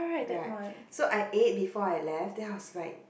right so I ate before I left then I was like